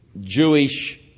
Jewish